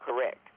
correct